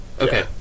Okay